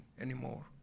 anymore